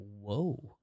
whoa